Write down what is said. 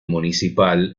municipal